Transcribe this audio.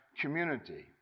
community